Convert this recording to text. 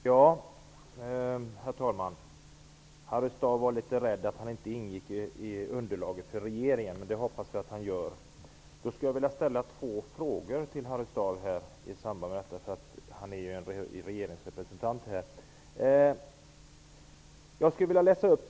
Herr talman! Harry Staaf var litet oroad över att han inte skulle ingå i underlaget för regeringen, men det hoppas jag att han gör. Eftersom Harry Staaf är en regeringsrepresentant vill jag ställa två frågor till honom.